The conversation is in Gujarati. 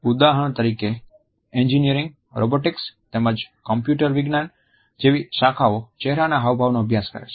ઉદાહરણ તરીકે એન્જિનિયરિંગ રોબોટિક્સ તેમજ કમ્પ્યુટર વિજ્ઞાન જેવી શાખાઓ ચહેરાના હાવભાવનો અભ્યાસ કરે છે